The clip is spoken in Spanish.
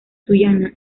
sullana